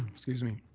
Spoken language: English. excuse me.